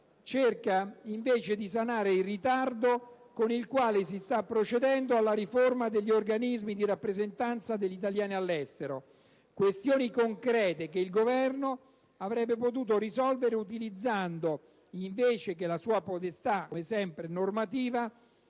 cerca invece di sanare il ritardo con il quale si sta procedendo alla riforma degli organismi di rappresentanza degli italiani all'estero. Questioni concrete che il Governo avrebbe potuto risolvere utilizzando, invece che la sua potestà normativa,